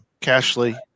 Cashley